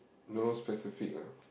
no specific ah